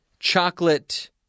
Chocolate